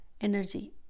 energy